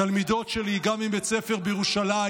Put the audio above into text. תלמידות שלי גם מבית ספר בירושלים,